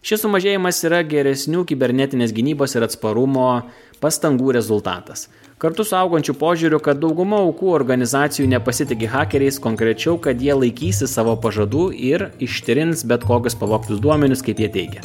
šis sumažėjimas yra geresnių kibernetinės gynybos ir atsparumo pastangų rezultatas kartu su augančiu požiūriu kad dauguma aukų organizacijų nepasitiki hakeriais konkrečiau kad jie laikysis savo pažadų ir ištrins bet kokius pavogtus duomenis kaip jie teigia